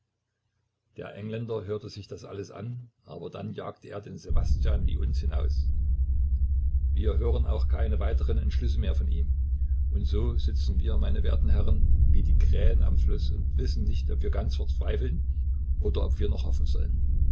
der engländer hörte sich das alles an aber dann jagte er den ssewastjan wie uns hinaus wir hören auch keine weiteren entschlüsse mehr von ihm und so sitzen wir meine werten herren wie die krähen am flusse und wissen nicht ob wir ganz verzweifeln oder ob wir noch hoffen sollen